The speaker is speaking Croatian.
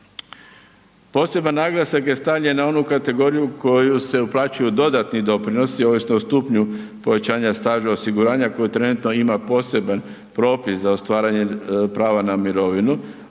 Poseban naglasak je stavljen na onu kategoriju koju se uplaćuju dodatni doprinosi ovisno o stupnju povećanja staža osiguranja koju trenutno ima poseban propis za ostvarivanje prava na mirovinu,